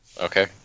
Okay